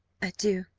adieu!